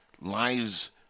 lives